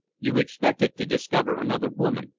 you expected to discover another woman,